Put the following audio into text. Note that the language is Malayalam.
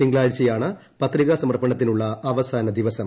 തിങ്കളാഴ്ചയാണ് പത്രിക സമർപ്പണത്തിനുള്ള അവസാന ദിനം